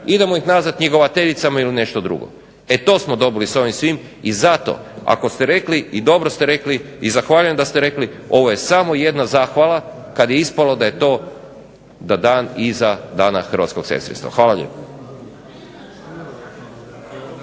idemo ih nazvati njegovateljicama ili nešto drugo. E to smo dobili s ovim svim, i zato ako ste rekli i dobro ste rekli, i zahvaljujem da ste rekli, ovo je samo jedna zahvala, kad je ispalo da je to, da dan iza dana hrvatskog sestrinstva. Hvala lijepo.